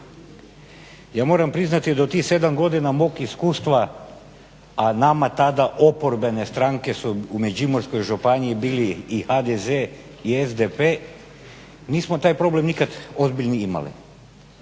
Ja moram priznati da tih 7 godina mog iskustava, a nama tada oporbene stranke su u Međimurskoj županiji bili i HDZ i SDP, nismo taj problem ozbiljni imali,